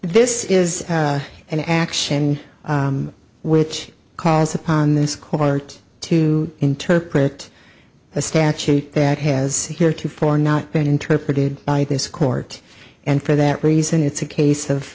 this is an action which calls upon this court to interpret a statute that has heretofore not been interpreted by this court and for that reason it's a case of